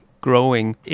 growing